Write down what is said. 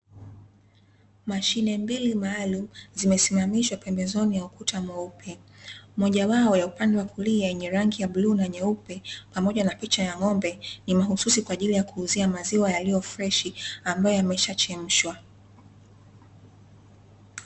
Mashine mbili maalumu zimesimamishwa mbembezoni ya ukuta mweupe, moja yao ya upande wa kulia yenye rangi ya bluu na nyeupe pamoja na picha ya ng'ombe, ni mahususi kwa ajili ya kuuzia maziwa yaliyo fresh ambayo yameisha chemshwa.